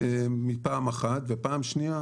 דבר שני,